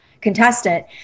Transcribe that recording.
contestant